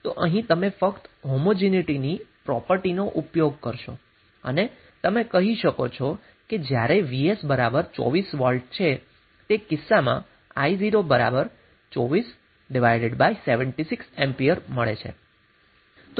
તો અહીં તમે ફક્ત હોમોજીનીટીની પ્રોપર્ટિનો ઉપયોગ કરશો અને તમે કહી શકો કે જ્યારે Vs 24V છે તે કિસ્સામાં i0 2476A મળે છે